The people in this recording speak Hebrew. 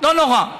לא נורא.